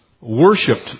worshipped